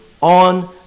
on